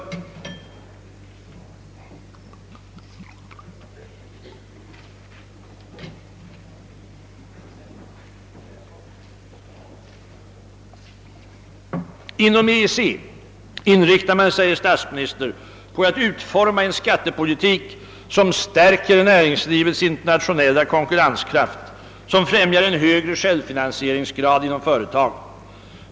Inom EEC inriktar man sig, herr statsminister, på att utforma en skattepolitik som stärker = näringslivets internationella konkurrenskraft och som främjar en högre självfinansieringsgrad inom företagen.